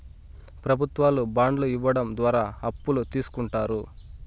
ప్రభుత్వాలు బాండ్లు ఇవ్వడం ద్వారా అప్పులు తీస్కుంటారు